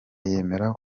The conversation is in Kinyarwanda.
yemera